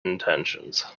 intentions